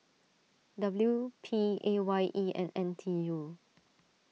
W P A Y E and N T U